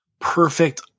Perfect